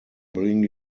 bring